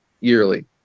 yearly